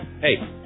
Hey